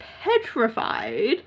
petrified